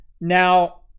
Now